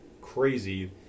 crazy